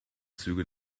züge